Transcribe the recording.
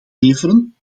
leveren